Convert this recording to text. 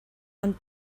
ond